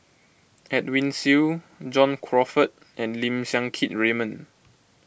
Edwin Siew John Crawfurd and Lim Siang Keat Raymond